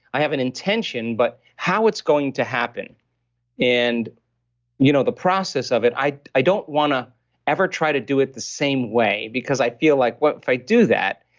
i have an intention, but how it's going to happen and you know the process of it, i i don't want to ever try to do it the same way because i feel like what if i do that?